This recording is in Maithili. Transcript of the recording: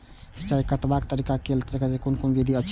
सिंचाई कतवा तरीका स के कैल सकैत छी कून कून विधि अछि?